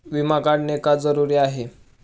विमा काढणे का जरुरी आहे?